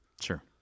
Sure